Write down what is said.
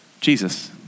Jesus